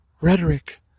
rhetoric